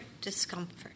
discomfort